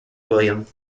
william